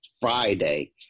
Friday